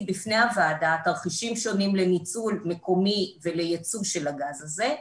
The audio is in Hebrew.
בפני הוועדה תרחישים שונים לניצול מקומי וליצוא של הגז הזה.